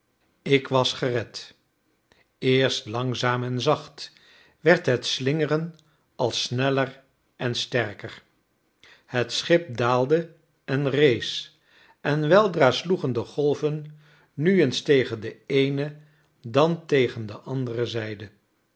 ik was gered eerst langzaam en zacht werd het slingeren al sneller en sterker het schip daalde en rees en weldra sloegen de golven nu eens tegen de eene dan tegen de andere zijde